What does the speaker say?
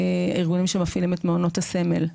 ארגונים שמפעילים את מעונות הסמל,